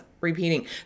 repeating